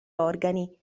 organi